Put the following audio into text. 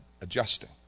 adjusting